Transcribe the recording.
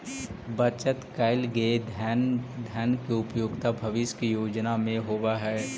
बचत कैल गए धन के उपयोगिता भविष्य के योजना में होवऽ हई